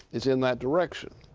it's in that direction.